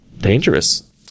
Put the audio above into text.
dangerous